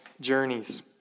journeys